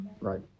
right